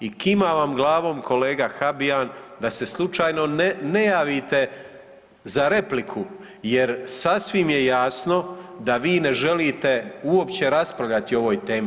I kimam vam kolega Habijan da se slučajno ne javite za repliku, jer sasvim je jasno da vi ne želite uopće raspravljati o ovoj temi.